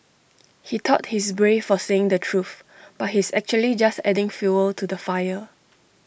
he thought he's brave for saying the truth but he's actually just adding fuel to the fire